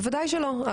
בוודאי שלא.